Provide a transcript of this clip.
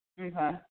Okay